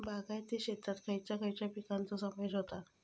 बागायती शेतात खयच्या खयच्या पिकांचो समावेश होता?